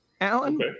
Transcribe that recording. Alan